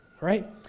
right